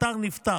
האתר נפתח.